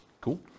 Cool